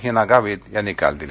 हिना गावित यांनी काल दिल्या